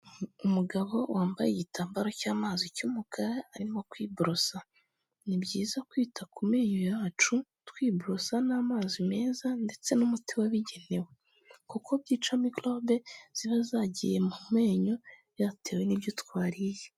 Umugabo wambaye igitambaro cy'amazi cy'umukara arimo kwiborosa. Ni byiza kwita ku menyo yacu twiborosa n'amazi meza ndetse n'umuti wabigenewe kuko byica microbe ziba zagiye mu menyo byatewe n'ibyo twariye.